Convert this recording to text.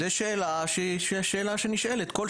השאלה הזאת נשאלת כל שנה.